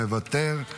מוותר.